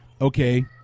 okay